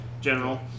General